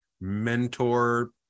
mentor